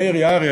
מאיר יערי,